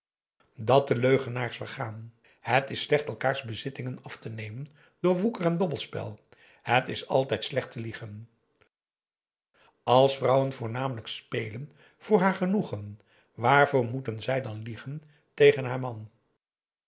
dat de leugenaars vergaan het is slecht elkaars bezittingen af te nemen door woeker en dobbelspel het is altijd slecht te liegen als vrouwen voornamelijk spelen voor haar genoegen waarvoor moeten zij dan liegen tegen haar man